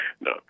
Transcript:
no